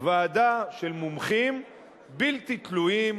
ועדה של מומחים בלתי תלויים